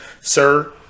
sir